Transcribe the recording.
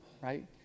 right